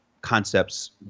concepts